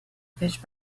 pitch